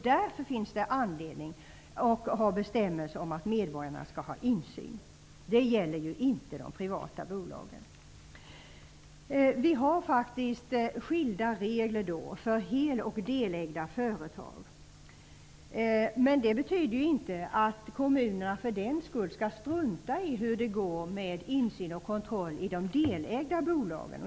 Därför finns det anledning att ha bestämmelser om att medborgarna skall ha insyn. Detta gäller alltså inte de privata bolagen. Vi har faktiskt skilda regler för hel och delägda företag. Men det betyder inte att kommunerna för den skull skall strunta i hur det går med insynen och kontrollen i de delägda bolagen.